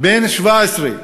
בן 17,